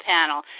panel